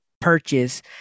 purchase